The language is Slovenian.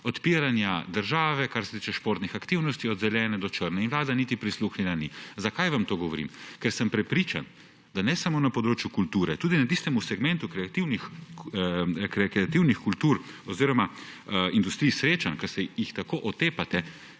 odpiranja države, kar se tiče športnih aktivnosti od zelene do črne, in Vlada niti prisluhnila ni. Zakaj to vam govorim? Ker sem prepričan, da ne samo na področju kulture, tudi na tistem segmentu kreativnih kultur oziroma industrije srečanj, ki se jih tako otepate,